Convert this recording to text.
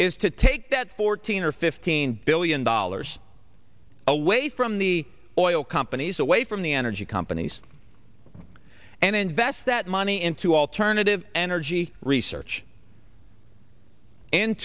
is to take that fourteen or fifteen billion dollars away from the oil companies away from the energy companies and invest that money into alternative energy research